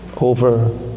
over